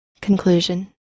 Conclusion